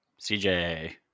CJ